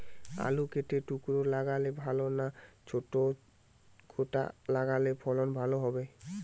আলু কেটে টুকরো লাগালে ভাল না ছোট গোটা লাগালে ফলন ভালো হবে?